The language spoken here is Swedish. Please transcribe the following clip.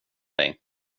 dig